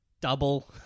Double